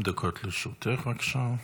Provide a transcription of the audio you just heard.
20 דקות לרשותך, בבקשה.